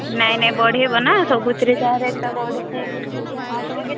ନାଇଁ ନାଇଁ ବଢ଼େଇବ ନା ସବୁଥିରେ ଚାହା ରେଟଟା ବଢ଼ିଛି ଆଉ ତୁମେ କେମିତି